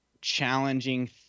challenging